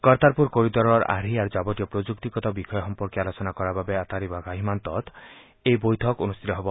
কৰ্টাৰপুৰ কৰিডৰৰ আৰ্হি আৰু যাৱতীয় প্ৰযুক্তিগত বিষয় সম্পৰ্কে আলোচনা কৰাৰ বাবে আট্টাৰী ৱাঘা সীমান্তত এই বৈঠক অনুষ্ঠিত হ'ব